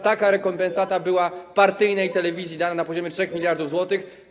Taka rekompensata była partyjnej telewizji dana na poziomie 3 mld zł.